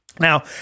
Now